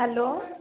hello